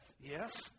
yes